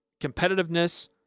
competitiveness